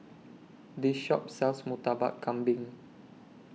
This Shop sells Murtabak Kambing